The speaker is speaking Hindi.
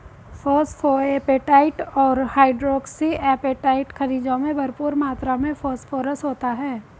फोस्फोएपेटाईट और हाइड्रोक्सी एपेटाईट खनिजों में भरपूर मात्र में फोस्फोरस होता है